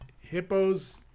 Hippos